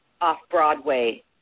off-Broadway